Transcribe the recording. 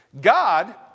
God